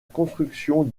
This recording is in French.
construction